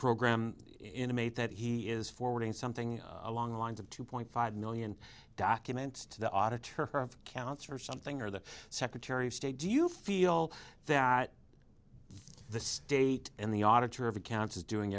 program in a mate that he is forwarding something along the lines of two point five million documents to the auditor of counts or something or the secretary of state do you feel that the state and the auditor of accounts is doing